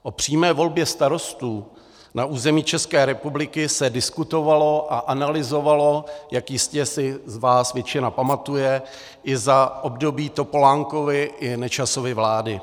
O přímé volbě starostů na území České republiky se diskutovalo a analyzovalo, jak jistě si z vás většina pamatuje, i za období Topolánkovy i Nečasovy vlády.